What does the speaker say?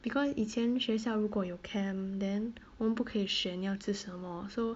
because 以前学校如果有 camp then 我们不可以选要吃什么 so